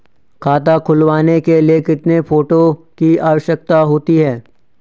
खाता खुलवाने के लिए कितने फोटो की आवश्यकता होती है?